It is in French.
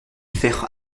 faire